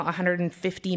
$150